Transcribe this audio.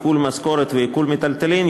עיקול משכורת ועיקול מיטלטלין,